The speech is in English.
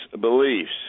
beliefs